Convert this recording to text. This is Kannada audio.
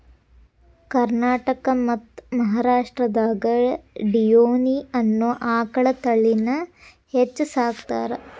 ಕರ್ನಾಟಕ ಮತ್ತ್ ಮಹಾರಾಷ್ಟ್ರದಾಗ ಡಿಯೋನಿ ಅನ್ನೋ ಆಕಳ ತಳಿನ ಹೆಚ್ಚ್ ಸಾಕತಾರ